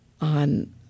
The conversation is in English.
on